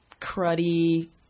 cruddy